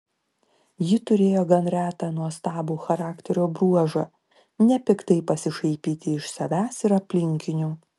ji turėjo gan retą nuostabų charakterio bruožą nepiktai pasišaipyti iš savęs ir aplinkinių